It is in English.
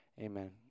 Amen